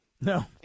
No